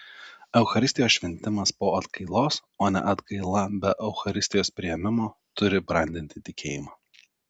eucharistijos šventimas po atgailos o ne atgaila be eucharistijos priėmimo turi brandinti tikėjimą